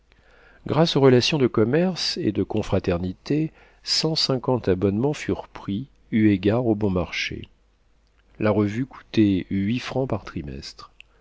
grâces aux relations de commerce et de confraternité cent cinquante abonnements furent pris eu égard au bon marché la revue coûtait huit francs par trimestre